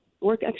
work